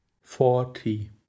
forty